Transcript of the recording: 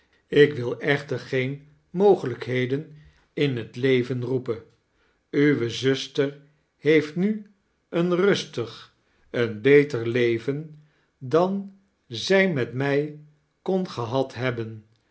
ik wil echter geen mogelijkheden in het leven roepen uwe zuster heeft nu een rustig een beter leven dan zij met mij kon gehad hebben